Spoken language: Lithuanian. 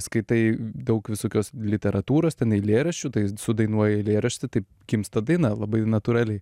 skaitai daug visokios literatūros ten eilėraščių tai sudainuoji eilėraštį taip gimsta daina labai natūraliai